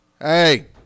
hey